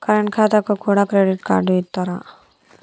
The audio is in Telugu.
కరెంట్ ఖాతాకు కూడా క్రెడిట్ కార్డు ఇత్తరా?